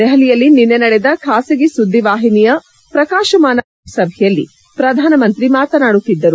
ದೆಹಲಿಯಲ್ಲಿ ನಿನ್ನೆ ನಡೆದ ಖಾಸಗಿ ಸುದ್ದಿವಾಹಿನಿಯ ಪ್ರಕಾಶಮಾನ ಭಾರತ ಶ್ವಂಗಸಭೆಯಲ್ಲಿ ಪ್ರಧಾನಮಂತ್ರಿ ಮಾತನಾಡುತ್ತಿದ್ದರು